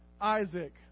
Isaac